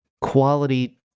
quality